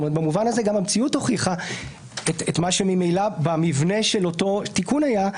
במובן הזה גם המציאות הוכיחה את מה שממילא במבנה של אותו תיקון היה,